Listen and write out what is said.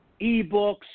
eBooks